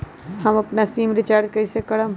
हम अपन SIM recharge कइसे करम?